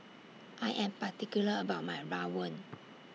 I Am particular about My Rawon